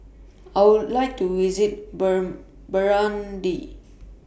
I Would like to visit Burn Burundi